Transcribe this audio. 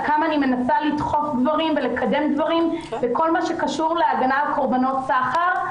כמה אני מנסה לדחוף דברים ולקדם דברים בכל מה שקשור להגנה על קורבנות סחר.